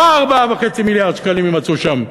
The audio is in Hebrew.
לא 4.5 מיליארד שקלים יימצאו שם,